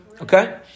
Okay